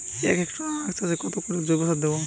এক হেক্টরে আখ চাষে কত কুইন্টাল জৈবসার দেবো?